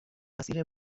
مسیر